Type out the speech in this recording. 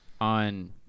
on